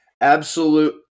absolute